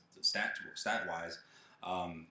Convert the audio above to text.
stat-wise